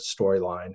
storyline